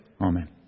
Amen